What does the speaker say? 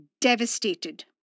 devastated